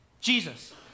Jesus